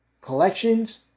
Collections